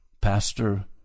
Pastor